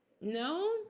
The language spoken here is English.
no